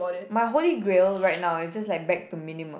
my holy grail right now is just like back to minimum